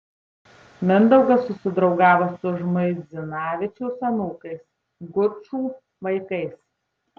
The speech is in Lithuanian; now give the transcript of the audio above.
mindaugas susidraugavo su žmuidzinavičiaus anūkais gučų vaikais